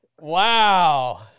Wow